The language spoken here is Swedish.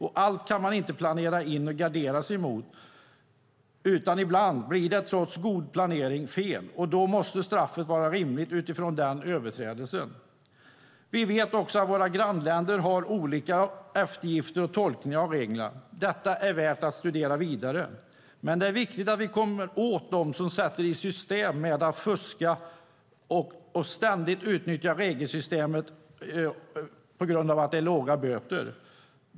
Allt kan man inte planera in och gardera sig mot, utan ibland blir det trots god planering fel, och då måste straffet vara rimligt utifrån den överträdelsen. Vi vet också att våra grannländer har lite olika eftergifter och tolkningar av reglerna. Detta är värt att studera vidare. Men det är viktigt att vi kommer åt dem som sätter i system att fuska och som ständigt utnyttjar regelsystemet, på grund av att det är låga böter.